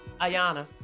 Ayana